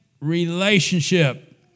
relationship